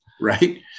Right